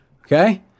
okay